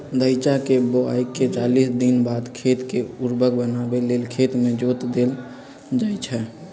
धइचा के बोआइके चालीस दिनबाद खेत के उर्वर बनावे लेल खेत में जोत देल जइछइ